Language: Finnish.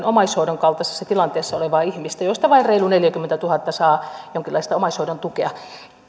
omaishoidon kaltaisessa tilanteessa olevaa ihmistä joista vain reilu neljäkymmentätuhatta saa jonkinlaista omaishoidon tukea